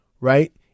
right